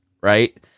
right